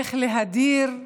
איך להדיר,